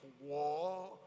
war